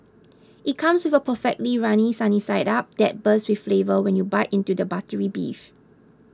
it comes with a perfectly runny sunny side up that bursts with flavour when you bite into the buttery beef